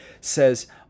says